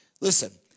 Listen